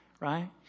Right